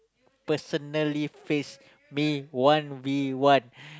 personally face me one we one